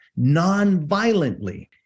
nonviolently